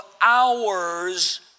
hours